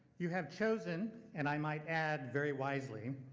you have chosen, and i might add very wisely,